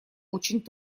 очень